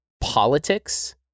politics